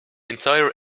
entire